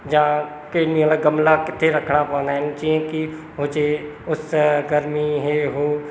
जां केॾीमहिल ग़मला किथे रखिणा पवंदा आहिनि जीअं की हुजे उस गर्मी हे हो